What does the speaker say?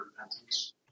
repentance